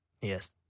Yes